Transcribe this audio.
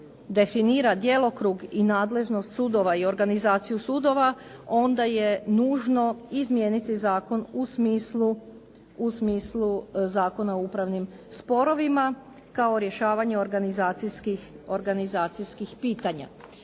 definira djelokrug i nadležnost sudova i organizaciju sudova, onda je nužno izmijeniti zakon u smislu Zakona o upravnim sporovima, kao rješavanje organizacijskih pitanja.